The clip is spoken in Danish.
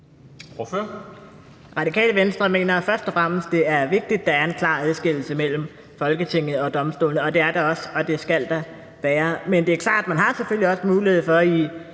Radikale Venstre mener først og fremmest, det er vigtigt, at der er en klar adskillelse mellem Folketinget og domstolene. Det er der også, og det skal der være. Men det er klart, at man selvfølgelig også har mulighed for i